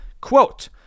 quote